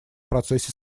процессе